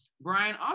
Brian